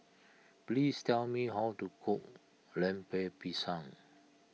please tell me how to cook Lemper Pisang